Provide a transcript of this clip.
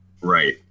Right